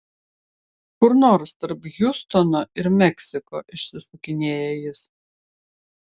kur nors tarp hjustono ir meksiko išsisukinėja jis